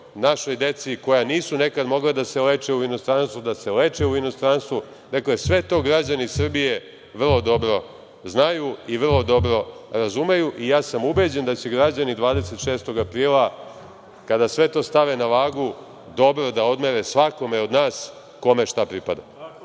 našoj deci koja nisu nekad mogla da se leče u inostranstvu, da se leče u inostranstvu. Dakle, sve to građani Srbije vrlo dobro znaju i vrlo dobro razumeju i ja sam ubeđen da će građani 26. aprila, kada sve to stave na vagu dobro da odmere svakome od nas, kome šta pripada.